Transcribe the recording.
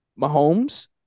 Mahomes